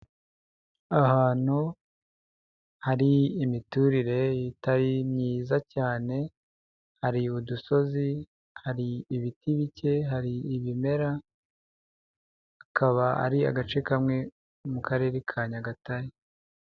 Ahantu hari imiturire itari myiza cyane, hari udusozi, hari ibiti bike, hari ibimera, akaba ari agace kamwe mu karere ka Nyagatare.